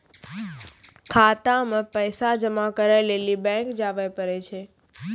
खाता मे पैसा जमा करै लेली बैंक जावै परै छै